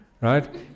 right